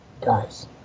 guys